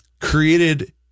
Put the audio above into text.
created